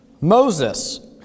Moses